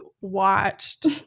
watched